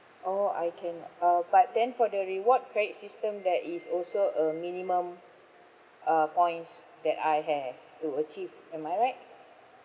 oh I can uh but then for the reward credit system there is also a minimum uh points that I have to achieve am I right